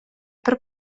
per